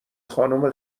خانم